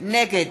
נגד